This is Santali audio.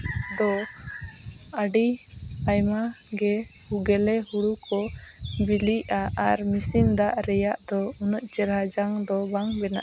ᱫᱚ ᱟᱹᱰᱤ ᱟᱭᱢᱟᱜᱮ ᱜᱮᱞᱮ ᱦᱩᱲᱩ ᱠᱚ ᱵᱤᱞᱤᱜᱼᱟ ᱟᱨ ᱢᱮᱥᱤᱱ ᱫᱟᱜ ᱨᱮᱭᱟᱜ ᱫᱚ ᱩᱱᱟᱹᱜ ᱪᱮᱨᱦᱟ ᱡᱟᱝ ᱫᱚ ᱵᱟᱝ ᱵᱮᱱᱟᱜ